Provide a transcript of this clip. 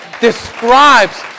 describes